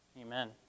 amen